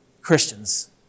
Christians